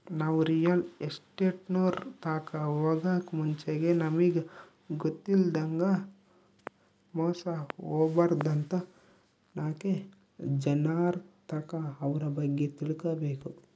ನಾವು ರಿಯಲ್ ಎಸ್ಟೇಟ್ನೋರ್ ತಾಕ ಹೊಗಾಕ್ ಮುಂಚೆಗೆ ನಮಿಗ್ ಗೊತ್ತಿಲ್ಲದಂಗ ಮೋಸ ಹೊಬಾರ್ದಂತ ನಾಕ್ ಜನರ್ತಾಕ ಅವ್ರ ಬಗ್ಗೆ ತಿಳ್ಕಬಕು